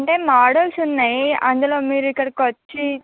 అంటే మోడల్స్ ఉన్నాయి అందులో మీరు ఇక్కడికి వచ్చి